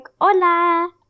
hola